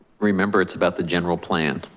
remember, it's about the general plan.